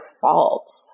fault